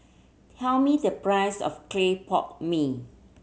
tell me the price of clay pot mee